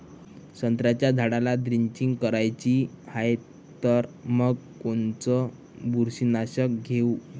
संत्र्याच्या झाडाला द्रेंचींग करायची हाये तर मग कोनच बुरशीनाशक घेऊ?